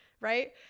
right